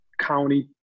county